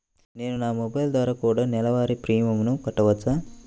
నేను నా మొబైల్ ద్వారా కూడ నెల వారి ప్రీమియంను కట్టావచ్చా?